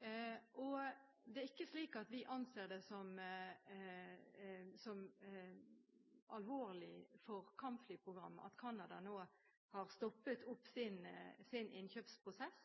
ikke som alvorlig for kampflyprogrammet at Canada har stoppet sin innkjøpsprosess.